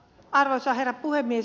arvoisa herra puhemies